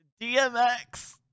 dmx